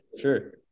sure